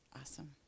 Awesome